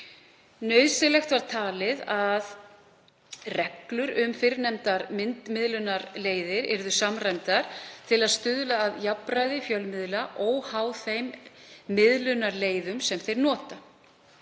Nauðsynlegt var talið að reglur um fyrrnefndar myndmiðlunarleiðir yrðu samræmdar til að stuðla að jafnræði fjölmiðla, óháð þeim miðlunarleiðum sem þeir nota.